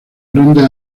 grandes